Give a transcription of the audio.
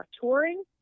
touring